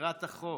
תקרא את החוק.